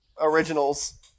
originals